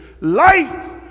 life